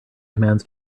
commands